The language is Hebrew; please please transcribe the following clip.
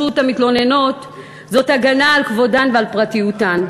המתלוננות זה הגנה על כבודן ועל פרטיותן.